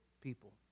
people